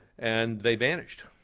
and they vanished.